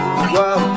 Whoa